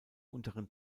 unteren